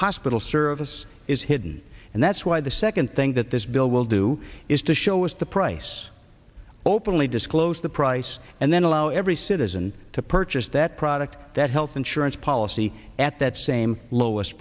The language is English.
hospital service is hidden and that's why the second thing that this bill will do is to show us the price openly disclose the price and then allow every citizen to purchase that product that health insurance policy at that same lowest